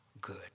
good